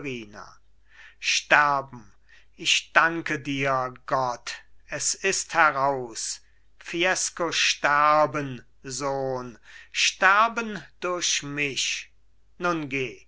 sterben ich danke dir gott es ist heraus fiesco sterben sohn sterben durch mich nun geh